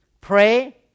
pray